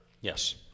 Yes